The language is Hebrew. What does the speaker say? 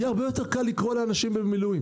יהיה הרבה יותר קל לקרוא לאנשים למילואים.